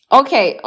okay